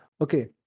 Okay